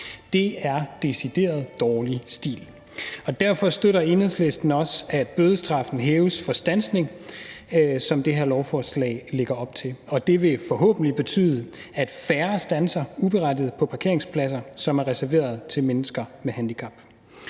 Det er decideret dårlig stil. Derfor støtter Enhedslisten også, at bødestraffen for standsning hæves, som det her lovforslag lægger op til, og det vil forhåbentlig betyde, at færre standser uberettiget på parkeringspladser, som er reserveret til mennesker med handicap.